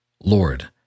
Lord